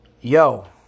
yo